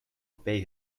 obey